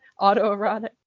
autoerotic